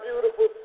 beautiful